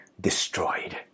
destroyed